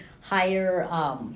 higher